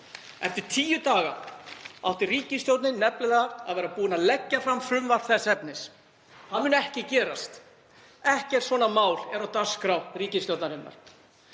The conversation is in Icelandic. Eftir tíu daga átti ríkisstjórnin nefnilega að vera búin að leggja fram frumvarp þess efnis. Það mun ekki gerast. Ekkert svona mál er á dagskrá ríkisstjórnarinnar.